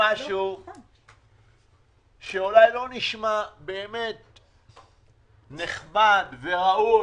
משהו שאולי לא נשמע נחמד וראוי.